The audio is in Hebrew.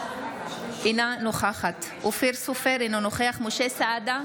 אינה נוכחת אופיר סופר, אינו נוכח משה סעדה,